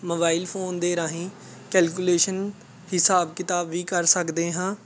mobile phone ਦੇ ਰਾਹੀਂ calculation ਹਿਸਾਬ ਕਿਤਾਬ ਵੀ ਕਰ ਸਕਦੇ ਹਾਂ